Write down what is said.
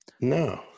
no